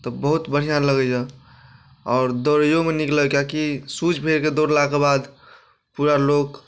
तऽ बहुत बढ़िआँ लगैए आओर दौड़ैओमे नीक लगैए कियाकि शूज पहिरके दौड़लाके बाद पूरा लोक